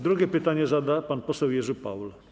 Drugie pytanie zada pan poseł Jerzy Paul.